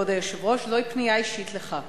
כבוד היושב-ראש, זוהי פנייה אישית אליך: